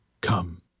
come